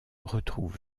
retrouve